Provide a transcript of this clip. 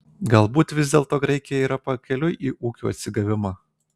galbūt vis dėlto graikija yra pakeliui į ūkio atsigavimą